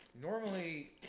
Normally